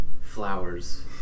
Flowers